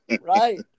Right